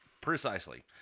Precisely